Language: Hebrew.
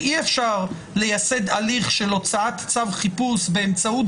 אי אפשר לייסד הליך של הוצאת צו חיפוש באמצעות